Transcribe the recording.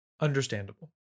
understandable